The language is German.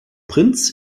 prinz